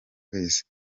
kwezi